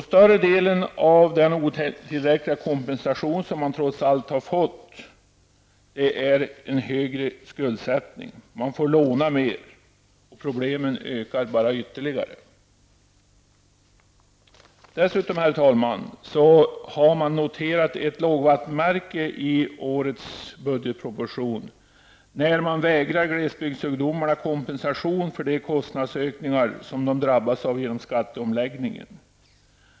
Större delen av denna otillräckliga kompensation som man trots allt har fått utgörs av högre skuldsättning. Man får låna mer, och problemen ökar ytterligare. Herr talman! Ett lågvattenmärke har noterats i årets budgetproposition. Glesbygdsungdomarna vägras nämligen kompensation för de kostnadsökningar som de drabbats av genom skatteomläggningen.